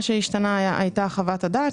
מה שהשתנה הייתה חוות הדעת.